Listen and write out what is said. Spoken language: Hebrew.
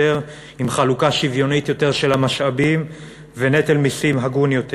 עם חלוקה שוויונית יותר של המשאבים ונטל מסים הגון יותר,